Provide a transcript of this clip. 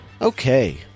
okay